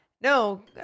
No